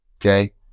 okay